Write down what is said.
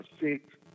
six